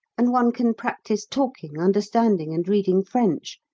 and one can practise talking, understanding, and reading french.